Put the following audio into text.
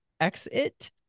exit